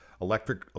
electric